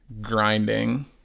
grinding